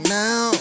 now